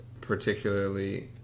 particularly